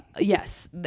Yes